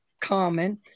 common